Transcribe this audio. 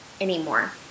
anymore